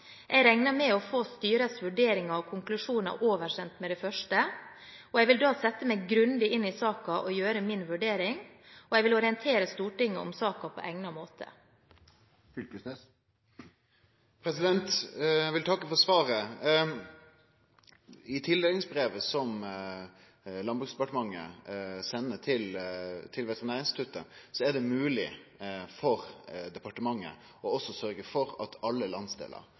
Jeg regner med å få styrets vurderinger og konklusjoner oversendt med det første. Jeg vil da sette meg grundig inn i saken og gjøre min vurdering. Jeg vil orientere Stortinget om saken på egnet måte. Eg vil takke for svaret. I tildelingsbrevet som Landbruks- og matdepartementet sender til Veterinærinstituttet, er det mogleg for departementet å sørgje for at alle